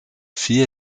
vier